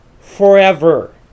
forever